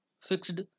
fixed